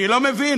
אני לא מבין,